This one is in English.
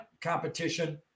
competition